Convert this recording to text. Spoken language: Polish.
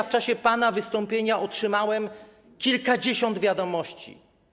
W czasie pana wystąpienia otrzymałem kilkadziesiąt wiadomości.